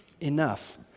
enough